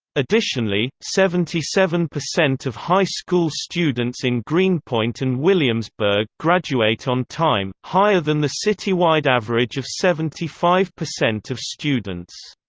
additionally, seventy seven percent of high school students in greenpoint and williamsburg graduate on time, higher than the citywide average of seventy five percent of students.